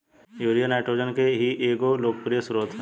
urea nitrogen के ही एगो लोकप्रिय स्रोत ह